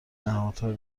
نهادهای